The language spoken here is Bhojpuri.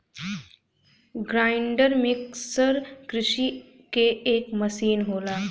ग्राइंडर मिक्सर कृषि क एक मसीन होला